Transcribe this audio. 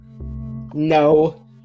No